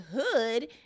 hood